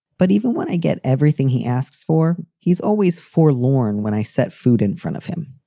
but even when i get everything he asks for. he's always for laun when i set food in front of him.